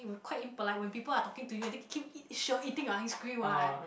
!ee! quite impolite when people are talking to you and then keep eat sure eating your ice cream what